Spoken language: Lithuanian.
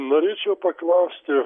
norėčiau paklausti